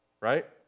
Right